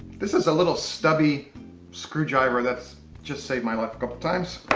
this is a little stubby screwdriver that's just saved my life a couple times.